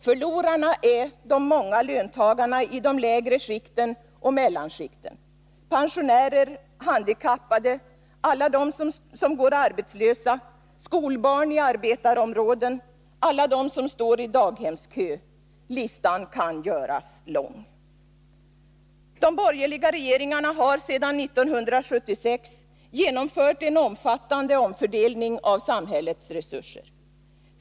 Förlorarna är de många löntagarna i de lägre skikten och mellanskikten, pensionärer, handikappade, alla de som går arbetslösa, skolbarn i arbetarområden, alla de som står i daghemskö — listan kan göras lång. De borgerliga regeringarna har sedan 1976 genomfört en omfattande omfördelning av samhällets resurser.